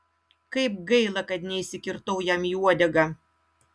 kaip gaila kad neįsikirtau jam į uodegą